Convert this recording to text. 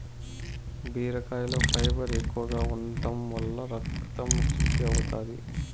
బీరకాయలో ఫైబర్ ఎక్కువగా ఉంటం వల్ల రకతం శుద్ది అవుతాది